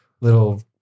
little